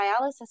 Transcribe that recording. dialysis